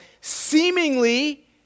seemingly